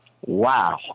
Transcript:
wow